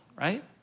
right